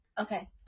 okay